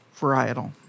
varietal